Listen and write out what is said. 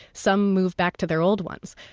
some move back to their old ones.